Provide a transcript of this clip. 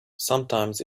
sometimes